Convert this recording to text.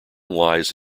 lies